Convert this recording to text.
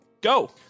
go